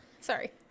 Sorry